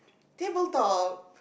table top